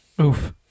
Oof